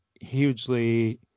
hugely